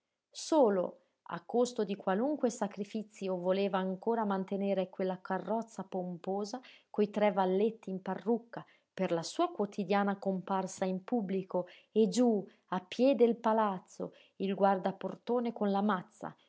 solo a costo di qualunque sacrifizio voleva ancora mantenere quella carrozza pomposa coi tre valletti in parrucca per la sua quotidiana comparsa in pubblico e giú a piè del palazzo il guardaportone con la mazza